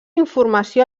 informació